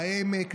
העמק,